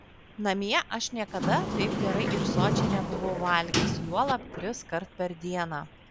namie aš niekada taip gerai ir sočiai nebuvau valgęs juolab triskart per dieną